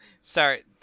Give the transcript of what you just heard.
Sorry